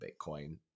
bitcoin